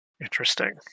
Interesting